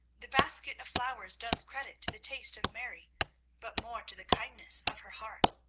the basket of flowers does credit to the taste of mary but more to the kindness of her heart.